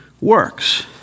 works